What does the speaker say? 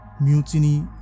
mutiny